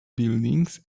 buildings